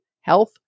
health